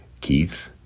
Keith